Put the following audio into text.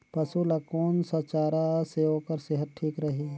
पशु ला कोन स चारा से ओकर सेहत ठीक रही?